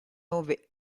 ove